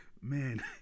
man